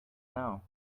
know